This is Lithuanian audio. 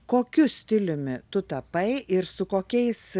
kokiu stiliumi tu tapai ir su kokiais